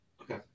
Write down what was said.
Okay